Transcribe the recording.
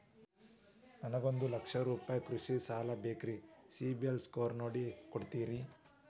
ನನಗೊಂದ ಲಕ್ಷ ರೂಪಾಯಿ ಕೃಷಿ ಸಾಲ ಬೇಕ್ರಿ ಸಿಬಿಲ್ ಸ್ಕೋರ್ ನೋಡಿ ಕೊಡ್ತೇರಿ?